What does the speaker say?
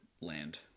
land